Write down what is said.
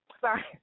sorry